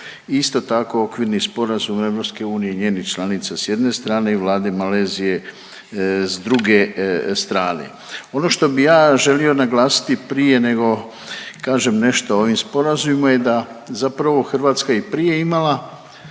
Isto tako okvirni sporazum EU i njenih članica s jedne strane i Vlade Malezije s druge strane. Ono što bi ja želio naglasiti prije nego kažem nešto o ovim sporazumima je da zapravo Hrvatska je i prije imala